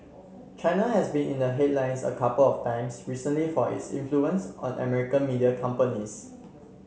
China has been in the headlines a couple of times recently for its influence on American media companies